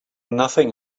nothing